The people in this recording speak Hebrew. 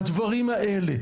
הדברים האלה,